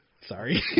Sorry